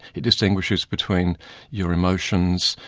it distinguishes between your emotions,